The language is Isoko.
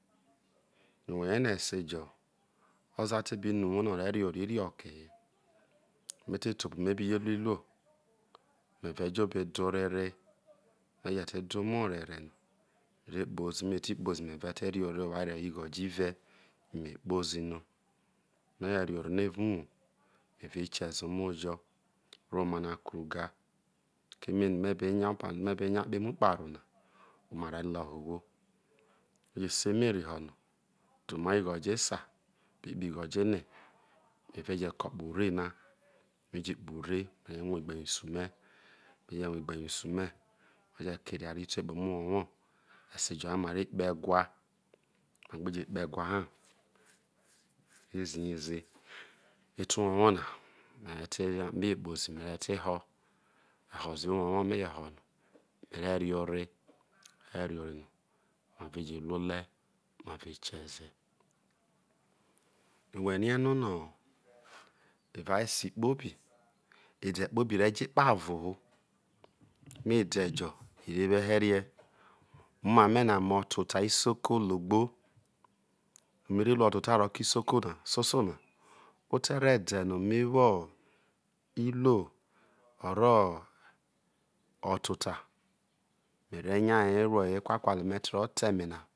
ho whe rie no esi jo oza te bi no uwo no ore re ore iriokehe mie te to obo no me bi jo lu iluo me re jo obe de ore re, me je te de omo ore re no me re kpozi, me re ti re ore ware woho igho jo ire yo kpozi no, me je re ore no erao uwo me re kie ze omo jo re oma na kru ga, keme ene be ekpano me be nya kpe kparo na oma re who ohwo, me je se eme ri ho no oma ighojo me re je kjo kpo ore na me je kpo ore me re nya ye rue igbensu me, me je ko kpo ore me re nya ye rue igbe nsu me me je nya ykeria ri te omo owowo, esejo ha mare kpo egua, ma gbe je kpo egua ha mare ziye ze ori te owowo na me je kpo zi me ho ze owowo me je ho no me re ri ore, me je ole me re je kieze whe rie in mino evao esi kpo bi ede kpobi re jo ekpovo lo eme ede jo re wo eherie me omame ne me ofeta isoko logbo, mere luo ota ota roke isoko na ote ro ede no me iruo oro oto ota me re nya yi rue ekwa kwa le no me te ro ta eme na